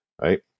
right